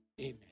Amen